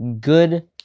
Good